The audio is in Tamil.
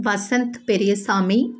வசந்த் பெரியசாமி